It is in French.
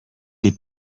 les